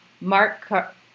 mark